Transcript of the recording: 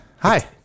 Hi